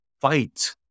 fight